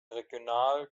regional